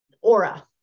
aura